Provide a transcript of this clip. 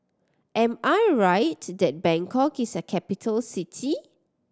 am I right that Bangkok is a capital city